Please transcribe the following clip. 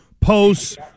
posts